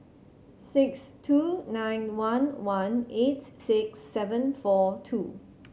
six two nine one one eight six seven four two